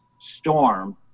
storm